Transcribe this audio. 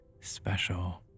special